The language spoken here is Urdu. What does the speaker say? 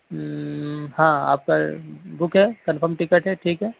ہاں آپ کا بک ہے کنفرم ٹکٹ ہے ٹھیک ہے